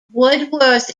woodworth